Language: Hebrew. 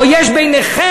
או יש ביניכם,